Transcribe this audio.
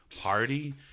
party